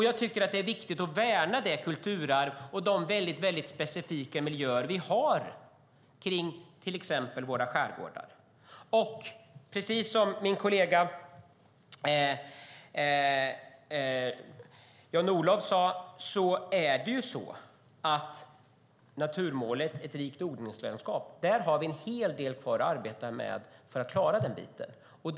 Jag tycker att det är viktigt att värna det kulturarv och de väldigt specifika miljöer vi har till exempel i våra skärgårdar. Precis som min kollega Jan-Olof sade har vi en hel del kvar att arbeta med för att klara miljömålet Ett rikt odlingslandskap.